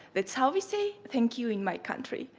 that's how we say thank you in my country.